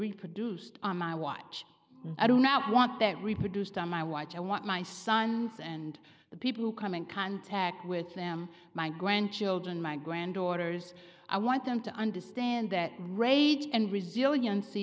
reproduced on my watch i do not want that reproduced on my watch i want my sons and the people who come in contact with them my grandchildren my granddaughters i want them to understand that rage and resilienc